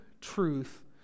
truth